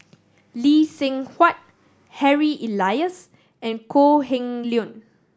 Lee Seng Huat Harry Elias and Kok Heng Leun